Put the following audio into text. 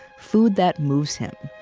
food that moves him.